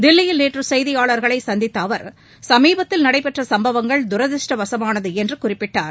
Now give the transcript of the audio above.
தில்லியில் நேற்று செய்தியாளர்களை சந்தித்த அவர் சமீபத்தில் நடைபெற்ற சம்பவங்கள் தூரதிருஷ்டவசமானது என்று குறிப்பிட்டார்